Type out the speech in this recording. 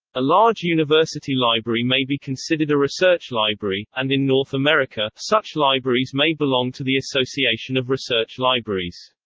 a large university library may be considered a research library and in north america, such libraries may belong to the association of research libraries.